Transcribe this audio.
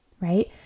right